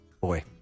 Boy